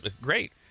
Great